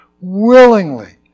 willingly